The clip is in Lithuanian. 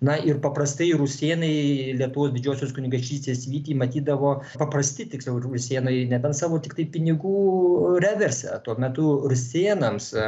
na ir paprastai rusėnai lietuvos didžiosios kunigaikštystės vytį matydavo paprasti tiksliau rusėnai nebent savo tiktai pinigų reverse tuo metu rusėnams